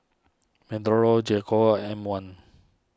J Co M one